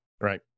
right